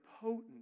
potent